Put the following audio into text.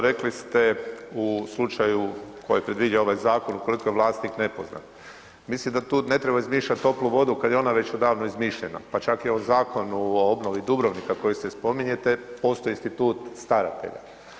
Rekli ste u slučaju koji je predvidio ovaj zakon ukoliko je vlasnik nepoznat, mislim da tu ne treba izmišljati toplu vodu kada je ona već odavno izmišljena, pa čak je u Zakonu o obnovi Dubrovnika koji ste spominjali postoji institut staratelja.